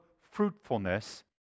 fruitfulness